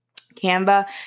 Canva